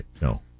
no